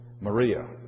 Maria